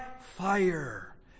fire